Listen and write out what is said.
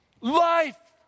life